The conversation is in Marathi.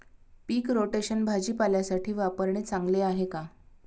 पीक रोटेशन भाजीपाल्यासाठी वापरणे चांगले आहे का?